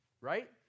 right